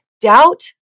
Doubt